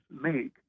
make